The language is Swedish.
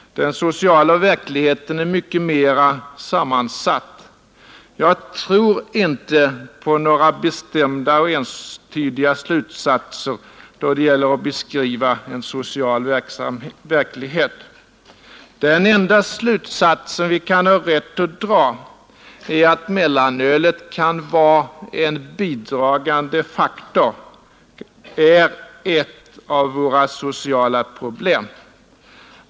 Den sociala verkligheten är mycket mera sammansatt. Jag tror inte på några bestämda och entydiga slutsatser då det gäller att beskriva en social verklighet. Den enda slutsats vi kan ha rätt att dra är att mellanölet kan vara en bidragande faktor, är ett av våra sociala problem.